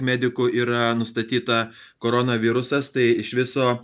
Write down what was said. medikų yra nustatyta koronavirusas tai iš viso